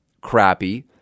crappy